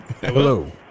Hello